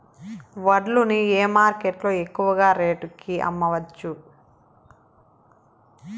వడ్లు ని ఏ మార్కెట్ లో ఎక్కువగా రేటు కి అమ్మవచ్చు?